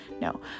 no